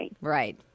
right